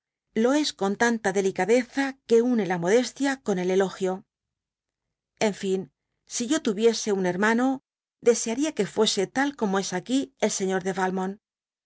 lo es con tanta delicadeza que une la modestia con el elogio en fin si yo tuviese un hermano desearía que fuese tal como es aquí el señor de